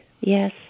Yes